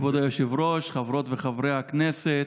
כבוד היושב-ראש, חברות וחברי הכנסת,